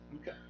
Okay